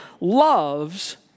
loves